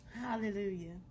hallelujah